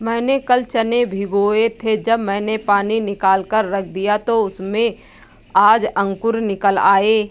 मैंने कल चने भिगोए थे जब मैंने पानी निकालकर रख दिया तो उसमें आज अंकुर निकल आए